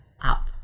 up